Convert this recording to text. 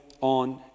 on